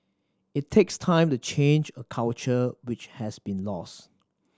it takes time to change a culture which has been lost